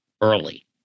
early